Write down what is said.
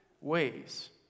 ways